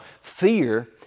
fear